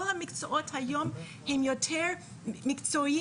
כל המקצועות היום הם יותר מקצועיים,